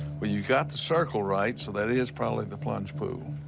well, you got the circle right, so that is probably the plunge pool.